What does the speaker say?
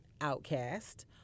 outcast